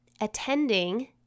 attending